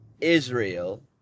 Israel